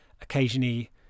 occasionally